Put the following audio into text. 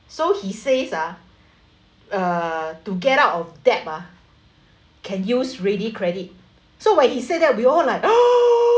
so he says ah uh to get out of debt ah can use ready credit so when he said that we all like